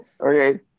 Okay